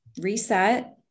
reset